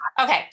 Okay